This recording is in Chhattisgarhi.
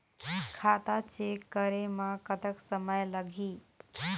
खाता चेक करे म कतक समय लगही?